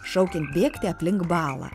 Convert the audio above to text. šaukiant bėgti aplink balą